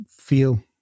feel